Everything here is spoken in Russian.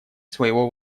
своего